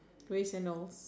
grey sandals